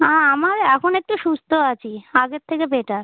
না আমার এখন একটু সুস্থ আছি আগের থেকে বেটার